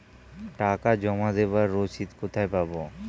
টাকা জমা দেবার রসিদ কোথায় পাব?